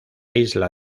isla